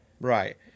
Right